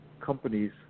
companies